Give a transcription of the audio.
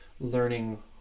learning